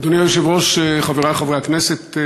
אדוני היושב-ראש, חברי חברי הכנסת,